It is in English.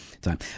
time